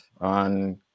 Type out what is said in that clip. on